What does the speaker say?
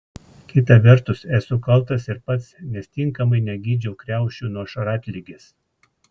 kita vertus esu kaltas ir pats nes tinkamai negydžiau kriaušių nuo šratligės